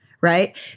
Right